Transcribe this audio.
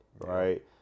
right